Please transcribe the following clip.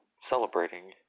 celebrating